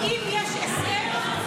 אם יש הסכם,